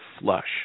flush